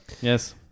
Yes